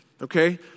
okay